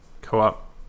co-op